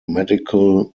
medical